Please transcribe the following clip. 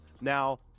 Now